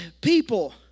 people